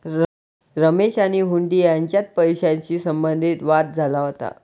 रमेश आणि हुंडी यांच्यात पैशाशी संबंधित वाद झाला होता